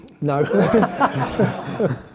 No